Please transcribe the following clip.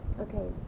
okay